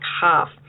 half